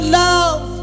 love